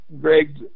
Greg